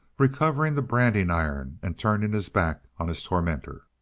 recovering the branding iron and turning his back on his tormentor.